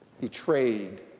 betrayed